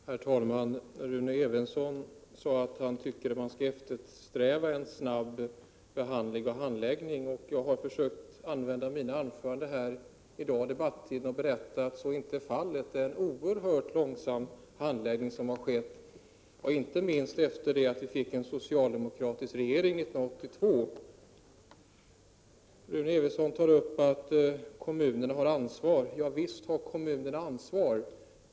Herr talman! Rune Evensson sade att han tycker att man eftersträvar snabb handläggning. Jag har försökt använda min debattid här i dag till att berätta att så inte är fallet. Det har skett en oerhört långsam handläggning, inte minst efter det att vi fick en socialdemokratisk regering 1982. Rune Evensson säger att kommunen har ansvar. Ja, visst har kommunerna ansvar.